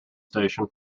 station